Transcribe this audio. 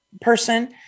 person